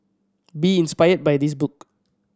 be inspired by this book